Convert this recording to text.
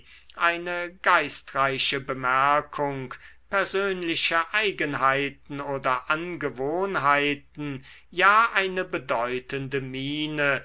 eine geistreiche bemerkung persönliche eigenheiten oder angewohnheiten ja eine bedeutende miene